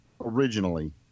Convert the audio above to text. originally